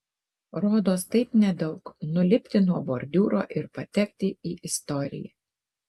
rodos taip nedaug nulipti nuo bordiūro ir patekti į istoriją